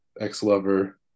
ex-lover